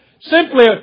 simply